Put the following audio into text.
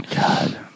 God